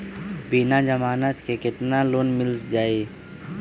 बिना जमानत के केतना लोन मिल जाइ?